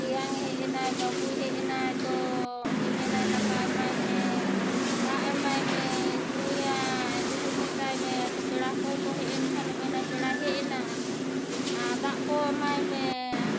ᱛᱮᱭᱟᱝ ᱦᱮᱡ ᱮᱱᱟᱭ ᱵᱟᱹᱵᱩᱭ ᱦᱮᱡ ᱮᱱᱟᱭ ᱛᱚ ᱩᱱᱤ ᱢᱮᱱᱟᱭ ᱫᱟᱠᱟ ᱮᱢᱟᱭ ᱢᱮ ᱫᱟᱜ ᱮᱢᱟᱭ ᱢᱮ ᱧᱩᱭᱟᱭ ᱫᱩᱲᱩᱵ ᱢᱮᱛᱟᱭ ᱢᱮ ᱛᱚ ᱯᱮᱲᱟ ᱠᱚᱦᱚᱸ ᱠᱚ ᱦᱮᱡ ᱮᱱᱠᱷᱟᱱ ᱢᱮᱱᱟᱭ ᱯᱮᱲᱟᱭ ᱦᱮᱡ ᱮᱱᱟ ᱟᱨ ᱫᱟᱜ ᱠᱚ ᱮᱢᱟᱭ ᱢᱮ